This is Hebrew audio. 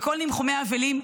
בכל ניחומי האבלים,